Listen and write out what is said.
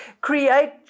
Create